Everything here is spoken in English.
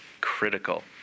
critical